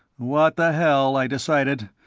what the hell, i decided.